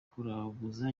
kuraguza